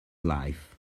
life